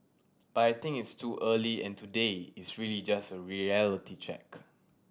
but I think it's too early and today is really just a reality check